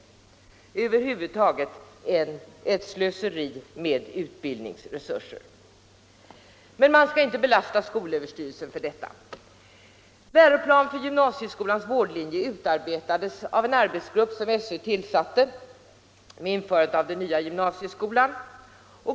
Här förekommer över huvud taget ett slöseri med utbildningsresurser. Men man skall inte klandra skolöverstyrelsen för detta. Läroplan för gymnasieskolans vårdlinjer utarbetades av en arbetsgrupp som skolöverstyrelsen tillsatte vid införandet av den nya gymnasieskolan.